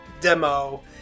demo